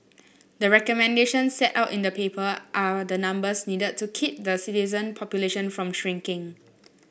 the recommendation set out in the paper are the numbers needed to keep the citizen population from shrinking